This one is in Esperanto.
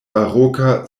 baroka